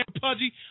Pudgy